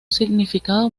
significado